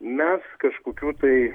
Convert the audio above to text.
mes kažkokių tai